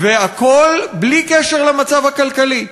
והכול בלי קשר למצב הכלכלי,